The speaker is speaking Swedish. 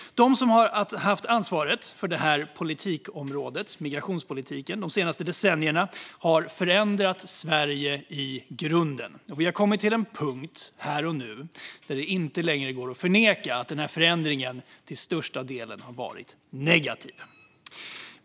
De som haft ansvaret för detta politikområde, migrationspolitiken, de senaste decennierna har förändrat Sverige i grunden, och vi har kommit till en punkt här och nu där det inte längre går att förneka att denna förändring till största delen har varit negativ.